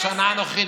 בשנה הנוכחית,